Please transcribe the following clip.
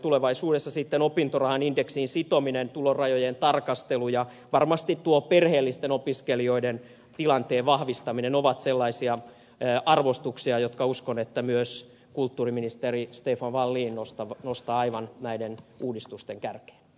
tulevaisuudessa sitten opintorahan indeksiin sitominen tulorajojen tarkastelu ja varmasti tuo perheellisten opiskelijoiden tilanteen vahvistaminen ovat sellaisia arvostuksia jotka uskon että myös kulttuuriministeri stefan wallin nostaa aivan näiden uudistusten kärkeen